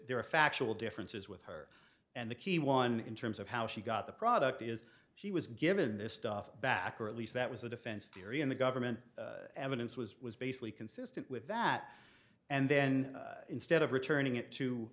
there are factual differences with her and the key one in terms of how she got the product is she was given this stuff back or at least that was the defense theory and the government evidence was was basically can see with that and then instead of returning it to